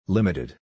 Limited